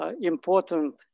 important